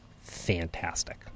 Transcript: fantastic